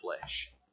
flesh